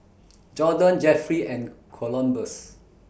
Jorden Jefferey and Columbus